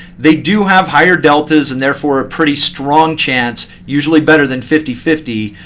they do have higher deltas and therefore a pretty strong chance, usually better than fifty fifty,